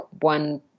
one